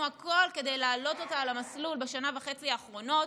הכול כדי להעלות אותה על המסלול בשנה וחצי האחרונות,